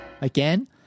Again